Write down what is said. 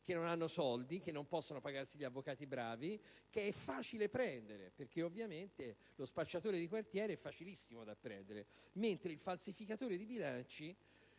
che non hanno soldi, che non possono pagarsi gli avvocati bravi e che è facile prendere. Ovviamente lo spacciatore di quartiere è facilissimo da prendere, mentre sembra che in Italia